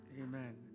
Amen